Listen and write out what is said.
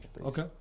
okay